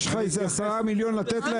יש לך איזה עשרה מיליון לתת להם?